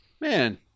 man